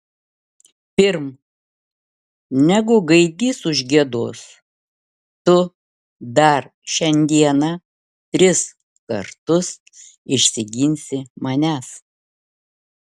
pirm negu gaidys užgiedos tu dar šiandieną tris kartus išsiginsi manęs